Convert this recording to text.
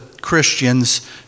Christians